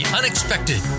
unexpected